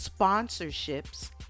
sponsorships